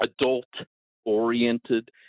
adult-oriented